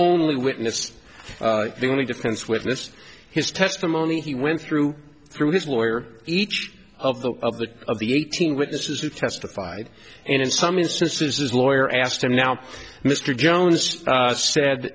only witness the only defense witness his testimony he went through through his lawyer each of the of the of the eighteen witnesses who testified and in some instances his lawyer asked him now mr jones